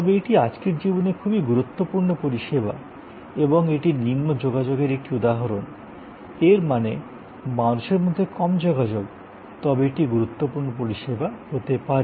তবে এটি আজকের জীবনে একটি খুব গুরুত্বপূর্ণ পরিষেবা এবং এটি নিম্ন যোগাযোগের একটি উদাহরণ এর মানে মানুষের মধ্যে কম যোগাযোগ তবে এটি গুরুত্বপূর্ণ পরিষেবা হতে পারে